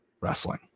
wrestling